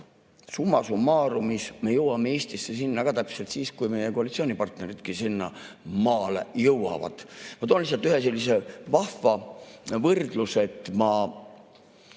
Seega, summa summarumme jõuame Eestis sinna täpselt siis, kui meie koalitsioonipartneridki sinnamaale jõuavad. Ma toon lihtsalt ühe sellise vahva võrdluse. Ma